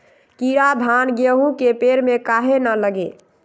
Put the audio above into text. कीरा धान, गेहूं के पेड़ में काहे न लगे?